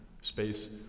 space